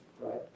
right